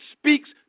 speaks